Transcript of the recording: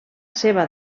seva